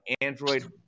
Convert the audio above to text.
Android